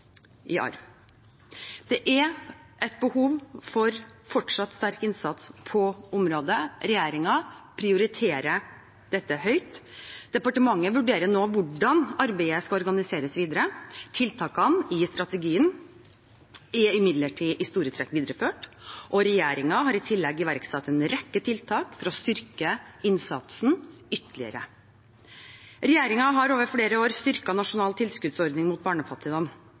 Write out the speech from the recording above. Det er behov for fortsatt sterk innsats på området. Regjeringen prioriterer dette høyt, departementet vurderer nå hvordan arbeidet skal organiseres videre. Tiltakene i strategien er imidlertid i store trekk videreført, og regjeringen har i tillegg iverksatt en rekke tiltak for å styrke innsatsen ytterligere. Regjeringen har over flere år styrket nasjonal tilskuddsordning mot barnefattigdom.